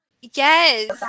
yes